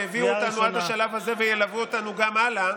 שהביאו אותנו עד השלב הזה וילוו אותנו גם הלאה.